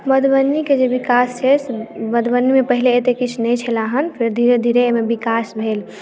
मधुबनीकेँ जे विकास छै से मधुबनीमे पहिले एते किछु नहि छलए हन फेर धीरे धीरे एहि मे विकास भेल